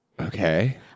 Okay